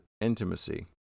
intimacy